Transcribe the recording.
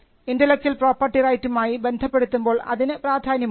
intellectual property റൈറ്റുമായി ബന്ധപ്പെടുത്തുമ്പോൾ അതിന് പ്രാധാന്യമുണ്ട്